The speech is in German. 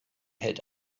hält